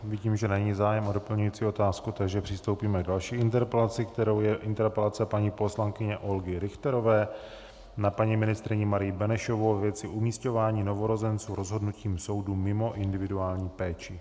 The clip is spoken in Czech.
Vidím, že není zájem o doplňující otázku, takže přistoupíme k další interpelaci, kterou je interpelace paní poslankyně Olgy Richterové na paní ministryni Marii Benešovou ve věci umísťování novorozenců rozhodnutím soudu mimo individuální péči.